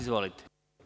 Izvolite.